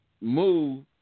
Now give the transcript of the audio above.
move